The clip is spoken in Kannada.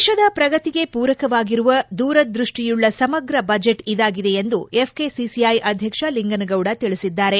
ದೇಶದ ಪ್ರಗತಿಗೆ ಪೂರಕವಾಗಿರುವ ದೂರದೃಷ್ಟಿಯುಳ್ಳ ಸಮಗ್ರ ಬಜೆಟ್ ಇದಾಗಿದೆ ಎಂದು ಎಫ್ಕೆಸಿಸಿಐ ಅಧ್ಯಕ್ಷ ಲಿಂಗನಗೌಡ ತಿಳಿಸಿದ್ದಾರೆ